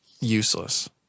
Useless